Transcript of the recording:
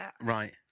Right